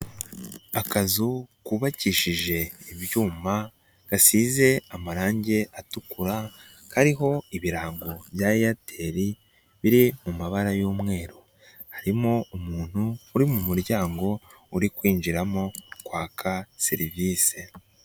Akazu kubakishije ibyuma, gasize amarangi atukura, kariho ibirango bya Airtel biri mu mabara y'umweru, harimo umuntu uri mu muryango uri kwinjiramo kwaka serivisi.